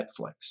Netflix